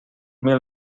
mil